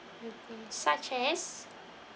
such as